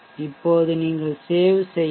இப்போது நீங்கள் save செய்யவும்